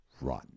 run